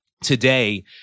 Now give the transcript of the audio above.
today